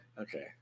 Okay